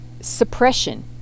suppression